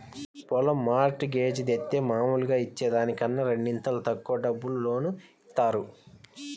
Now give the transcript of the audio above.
పొలం mortgage జేత్తే మాములుగా ఇచ్చే దానికన్నా రెండింతలు ఎక్కువ డబ్బులు లోను ఇత్తారు